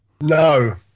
No